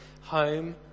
home